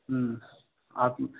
आप